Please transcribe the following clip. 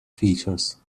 features